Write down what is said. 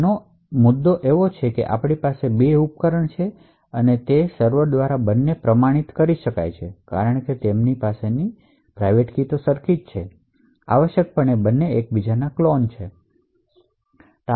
આનો મુદ્દો એ છે કે હવે આપણીપાસે બે ઉપકરણો હશે અને તે જ સર્વર દ્વારા બંનેને પ્રમાણિત કરી શકાય છે કારણ કે તેમની પાસે તે જ પ્રાઇવેટ કી હશે આવશ્યકપણે બંને એકબીજાના ક્લોન છે